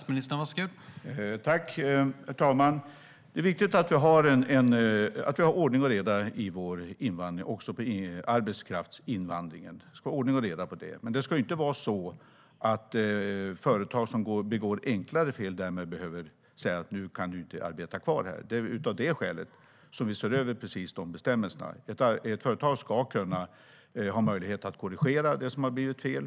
Herr talman! Det är viktigt att ha ordning och reda i invandringen, också i arbetskraftsinvandringen. Men det ska inte vara så att företag som begår enklare fel därmed ska behöva säga att en arbetstagare inte kan arbeta kvar. Av det skälet ser vi över bestämmelserna. Ett företag ska kunna korrigera det som har blivit fel.